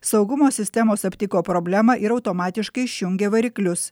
saugumo sistemos aptiko problemą ir automatiškai išjungia variklius